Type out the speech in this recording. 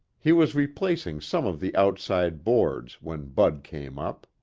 he was replacing some of the outside boards when bud came up.